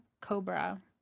cobra